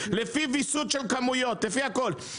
לפי ויסות של כמויות לפי הכל.